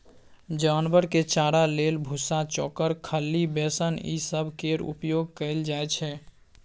जानवर के चारा लेल भुस्सा, चोकर, खल्ली, बेसन ई सब केर उपयोग कएल जाइ छै